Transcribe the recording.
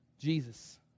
Jesus